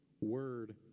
word